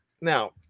Now